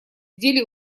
деле